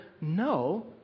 No